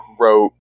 wrote